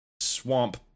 Swamp